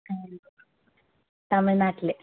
ആ തമിഴ് നാട്ടില്